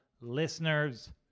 listeners